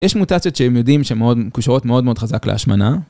יש מוטציות שהם יודעים שהן מקושרות מאוד מאוד חזק להשמנה.